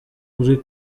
uri